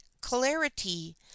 clarity